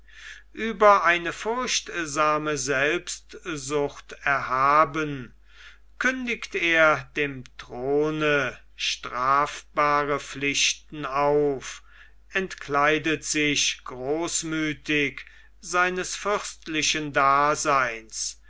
ueber eine furchtsame selbstsucht erhaben kündigt er dem throne strafbare pflichten auf entkleidet sich großmüthig seines fürstlichen daseins